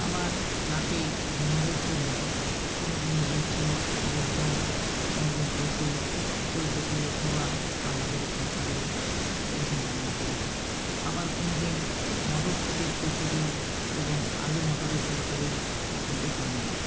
আবার রাতে ডিনারের জন্য কোনো দিন লুচি আলুর দম কোনো দিন রুটি ফুলকপি অথবা বাঁধাকপির তরকারি এরকম রান্না করি আবার কোনো দিন মটরশুঁটির কচুরি এবং আলু মটরের তরকারি ইত্যাদি বানাই